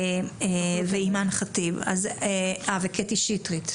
אימאן ח'טיב יאסין וקטי שטרית.